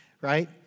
right